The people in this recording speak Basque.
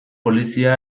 polizia